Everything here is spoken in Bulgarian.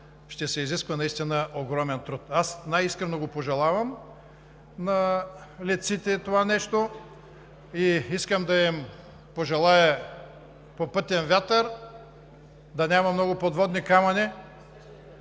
Ще се изисква наистина огромен труд! Аз най-искрено пожелавам на летците това нещо и искам да им пожелая попътен вятър, да няма много подводни камъни.